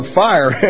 fire